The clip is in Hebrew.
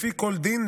לפי כל דין,